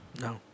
No